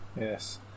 yes